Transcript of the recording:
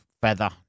feather